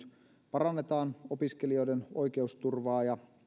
parannetaan opiskelijoiden oikeusturvaa ja